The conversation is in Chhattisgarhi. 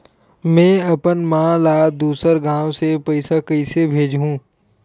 में अपन मा ला दुसर गांव से पईसा कइसे भेजहु?